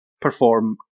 perform